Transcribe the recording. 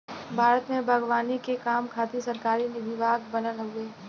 भारत में बागवानी के काम खातिर सरकारी विभाग बनल हउवे